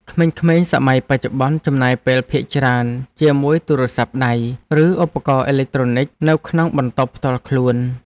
ក្មេងៗសម័យបច្ចុប្បន្នចំណាយពេលភាគច្រើនជាមួយទូរស័ព្ទដៃ ឬឧបករណ៍អេឡិចត្រូនិកនៅក្នុងបន្ទប់ផ្ទាល់ខ្លួន។